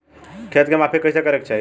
खेत के माफ़ी कईसे करें के चाही?